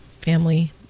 family